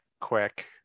quick